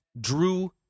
drew